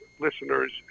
listeners